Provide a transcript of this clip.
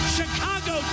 Chicago